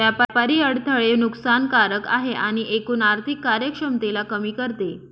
व्यापारी अडथळे नुकसान कारक आहे आणि एकूण आर्थिक कार्यक्षमतेला कमी करते